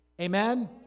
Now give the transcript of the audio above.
Amen